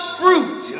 fruit